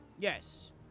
Yes